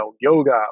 yoga